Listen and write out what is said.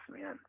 man